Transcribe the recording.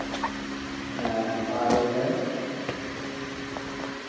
ᱦᱮᱸ ᱢᱟ ᱨᱚᱲᱢᱮ